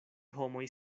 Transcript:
homoj